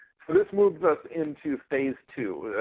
this moves us into phase two,